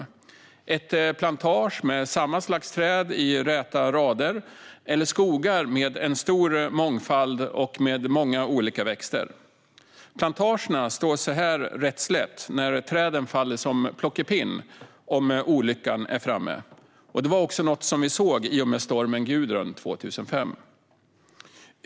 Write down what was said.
Är det en plantage med samma slags träd i räta rader eller skogar med en stor mångfald av växter? Plantagerna står sig här slätt när träden faller som plockepinn om olyckan är framme - något som vi såg vid stormen Gudrun 2005.